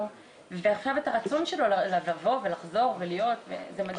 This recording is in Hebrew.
ועכשיו את הרצון שלו לבוא ולחזור ולהיות זה מדהים.